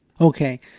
Okay